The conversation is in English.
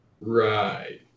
Right